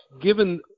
given